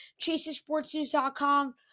chasesportsnews.com